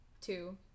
Two